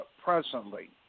presently